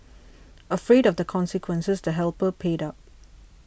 afraid of the consequences the helper paid up